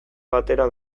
batera